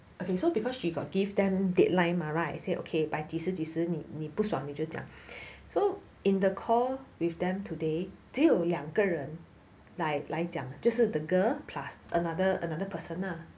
okay so because she got give them deadline mah right like say okay by 及时及时你不爽你就讲 so in the call with them today 只有两个人 like 来讲就是 the girl plus another another person lah